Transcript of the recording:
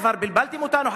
כבר בלבלתם אותנו,